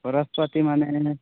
খৰচ পাতি মানে